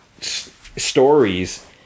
stories